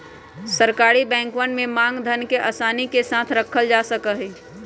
सरकारी बैंकवन में मांग धन के आसानी के साथ रखल जा सका हई